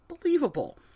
believable